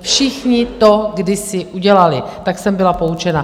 Všichni to kdysi udělali, tak jsem byla poučena.